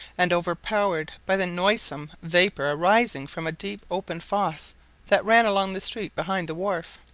and overpowered by the noisome vapour arising from a deep open fosse that ran along the street behind the wharf.